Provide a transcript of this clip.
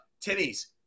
timmy's